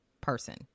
person